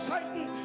Satan